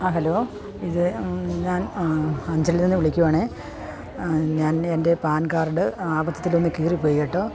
ആ ഹലോ ഇത് ഞാൻ അഞ്ചൽ നിന്ന് വിളിക്കുകയാണ് ഞാൻ എൻ്റെ പാൻ കാർഡ് അബദ്ധത്തിലൊന്ന് കീറിപ്പോയി കേട്ടോ